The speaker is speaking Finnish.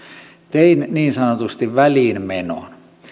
tein niin sanotusti väliinmenon